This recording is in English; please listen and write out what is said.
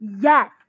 Yes